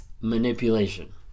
manipulation